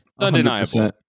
Undeniable